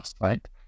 right